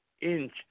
inch